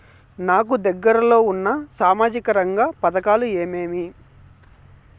నాకు దగ్గర లో ఉన్న సామాజిక రంగ పథకాలు ఏమేమీ?